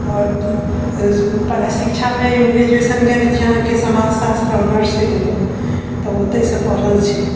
आओर पढाइ शिक्षा मे हम ग्रेजुएशन कयने छी अहाँके समाजशास्त्र ऑनर्स छी हमर तऽ ओतय सऽ पढ़ल छी